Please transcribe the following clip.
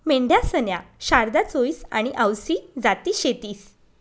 मेंढ्यासन्या शारदा, चोईस आनी आवसी जाती शेतीस